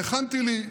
והכנתי לי תשובה,